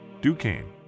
Duquesne